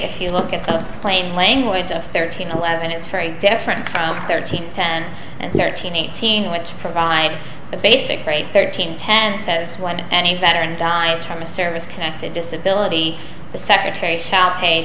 if you look at the plain language of thirteen eleven it's very different from thirteen ten and thirteen eighteen which provide a basic rate thirteen ten says when any veteran guys from a service connected disability the secretary shall pa